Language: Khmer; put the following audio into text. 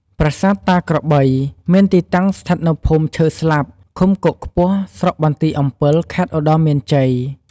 ប្រាសាទតាក្របី មានទីតាំងស្ថិតនៅភូមិឈើស្លាប់ ឃុំគោកខ្ពស់ ស្រុកបន្ទាយអំពិល ខេត្តឧត្តរមានជ័យ។